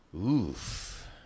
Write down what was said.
Oof